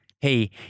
Hey